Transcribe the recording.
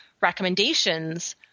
recommendations